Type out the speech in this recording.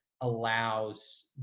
allows